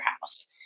house